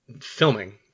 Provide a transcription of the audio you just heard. filming